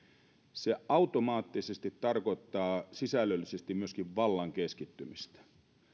se automaattisesti tarkoittaa sisällöllisesti myöskin vallan keskittymistä